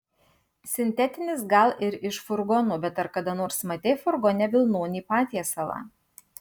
sintetinis gal ir iš furgono bet ar kada nors matei furgone vilnonį patiesalą